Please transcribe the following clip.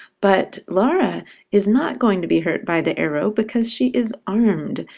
but laura is not going to be hurt by the arrow, because she is armed.